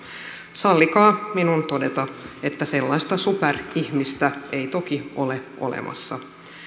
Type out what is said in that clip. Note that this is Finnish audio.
sallikaa minun todeta että sellaista superihmistä ei toki ole olemassa